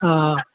हँ हँ